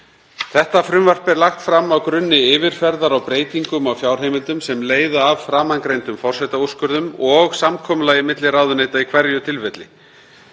Þetta frumvarp er lagt fram á grunni yfirferðar á breytingum á fjárheimildum sem leiða af framangreindum forsetaúrskurðum og samkomulagi milli ráðuneyta í hverju tilfelli,